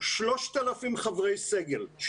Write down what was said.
3,000 חברי סגל,